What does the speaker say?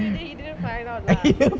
so he didn't find out lah